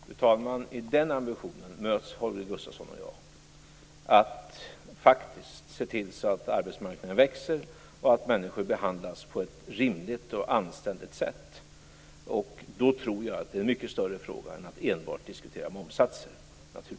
Fru talman! I den ambitionen möts Holger Gustafsson och jag: att faktiskt se till att arbetsmarknaden växer och att människor behandlas på ett rimligt och anständigt sätt. Då är det naturligtvis en mycket större fråga än att enbart diskutera momssatser.